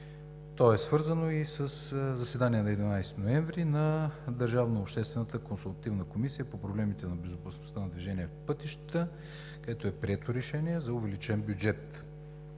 Това е свързано със заседание от 11 ноември на Държавно-обществената консултативна комисия по проблемите на движение по пътищата, където е прието решение за увеличен бюджет.